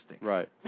Right